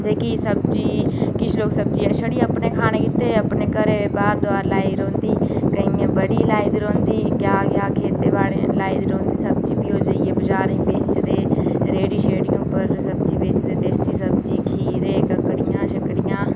ते जेह्की सब्जी किश लोग सब्जी छड़ी अपने गितै अपने घरै दे बाहर दकान लाई दी रौंह्दी केइयें बड़ी लाई दी होंदी ते घरै दे बाह्र बड़ी लाई दी होंदी सब्जी बी बजारें जाइयै बेचदे रेह्ड़ियें पर सब्ज़ी बेचदे देसी सब्जी खीरे ककड़ियां